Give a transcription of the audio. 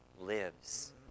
lives